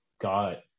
got